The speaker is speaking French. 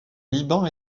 liban